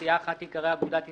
סיעה אחת תיקרא "אגודת ישראל",